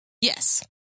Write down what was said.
Yes